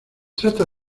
trata